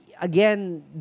Again